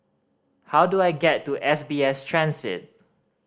how do I get to S B S Transit